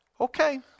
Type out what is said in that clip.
okay